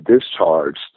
discharged